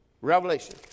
Revelation